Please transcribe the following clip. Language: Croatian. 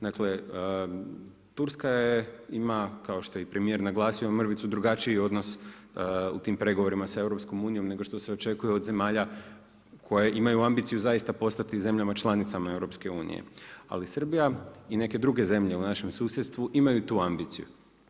Dakle, Turska ima, kao što je premijer naglasio, mrvicu drugačiji odnosu u tim pregovorima sa EU-om nego što se očekuje od zemalja koje imaju ambiciju zaista postati zemljama članicama EU-a ali Srbija i neke druge zemlje u našem susjedstvu imaju tu ambiciju.